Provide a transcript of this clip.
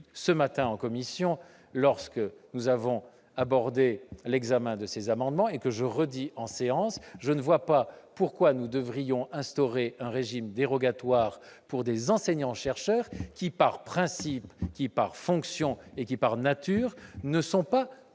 ce matin en commission lorsque nous avons abordé l'examen de ces amendements : je ne vois pas pourquoi nous devrions instaurer un régime dérogatoire pour des enseignants-chercheurs qui, par principe, par fonction, par nature, ne sont pas